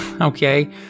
Okay